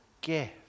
gift